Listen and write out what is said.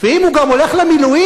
ואם הוא גם הולך למילואים,